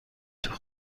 توی